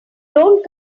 don’t